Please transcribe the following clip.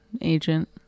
agent